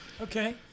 Okay